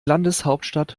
landeshauptstadt